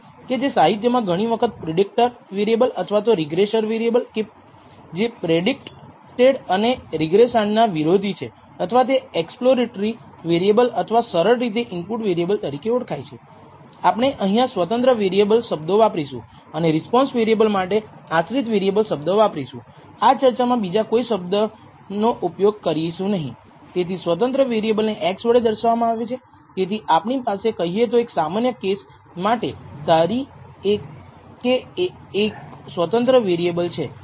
સામાન્ય રીતે આ સામાન્ય રીતે સમાન વેરિએન્સ સાથે વહેંચવામાં આવેલી એરર વિશેના આ બંને નિવેદનોની ધારણાઓને સચોટપણે એમ કહીને રજૂ કરી શકાય છે કે εi error corrupting measurement i સરેરાશ શૂન્ય સાથે સામાન્ય રીતે વિતરિત થયેલો અને σ2 વેરિએન્સ છે નોંધ લો કે σ2 સમાન છે અને i પર નિર્ભર નથી જેનો અર્થ એ છે કે તે બધા નમૂનાઓ માટે સમાન છે એટલે કે i 1 થી n માટે સમાન છે જે આપણે કરી રહ્યા છીએ તે ધારણા છે જ્યારે આપણે લિસ્ટ સ્કવેર પદ્ધતિનો ઉપયોગ કરીએ છીએ